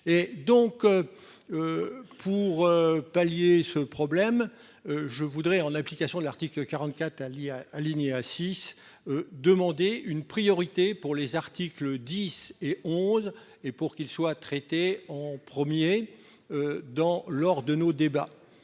et donc. Pour pallier ce problème. Je voudrais en application de l'article 44 Alia aligner à six. Demander une priorité pour les articles 10 et 11 et pour qu'il soit traité en premier. Dans, lors de nos débats.